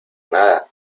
nada